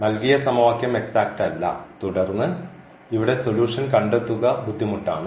നൽകിയ സമവാക്യം എക്സാറ്റ് അല്ല തുടർന്ന് ഇവിടെ സൊല്യൂഷൻ കണ്ടെത്തുക ബുദ്ധിമുട്ടാണ്